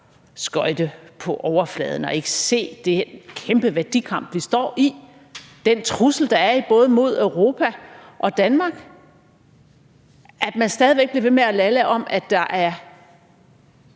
skøjte på overfladen og ikke se den kæmpe værdikamp, vi står i, den trussel, der er, imod både Europa og Danmark. Man bliver stadig væk ved med at lalle om, at der